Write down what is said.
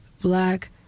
black